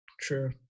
true